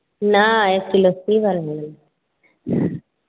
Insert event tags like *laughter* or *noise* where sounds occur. नहि एक किलो सॅं की *unintelligible*